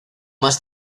más